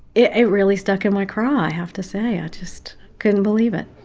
it it really stuck in my craw, i have to say. i just couldn't believe it.